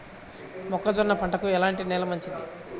మొక్క జొన్న పంటకు ఎలాంటి నేల మంచిది?